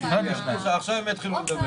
יתר הנושאים הקואליציוניים יועדו לנושאים